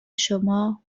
شما